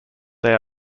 they